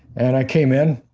and i came in,